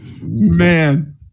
man